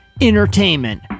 entertainment